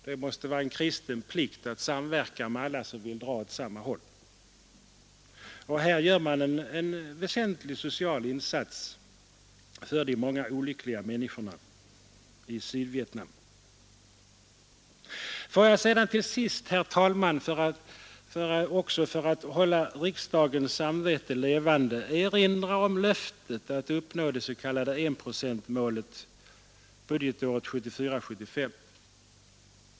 Det måste vara en kristen plikt att samverka med alla som vill dra åt samma håll, och här gör man en väsentlig social insats för de många olyckliga människorna i Sydvietnam. Får jag sedan till sist också, herr talman — för att hålla riksdagens samvete levande — erinra om löftet att uppnå det s.k. enprocentsmålet — Nr 112 budgetåret 1974/75.